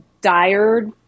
dire